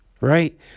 right